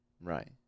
right